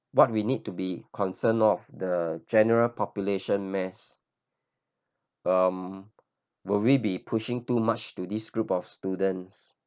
what we need to be concerned of the general population mass um will we be pushing too much to this group of students